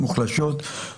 חשוב לי להדגיש,